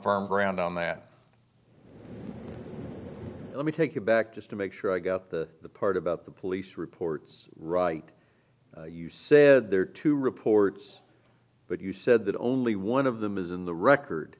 irm ground on that let me take you back just to make sure i got the part about the police reports right you said there are two reports but you said that only one of them is in the record